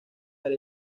del